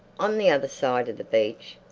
on the other side of the beach,